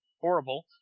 horrible